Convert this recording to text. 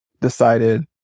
decided